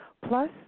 Plus